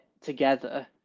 together